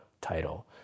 title